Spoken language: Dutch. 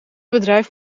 bedrijf